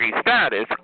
status